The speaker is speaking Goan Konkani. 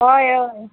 हय हय